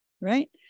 right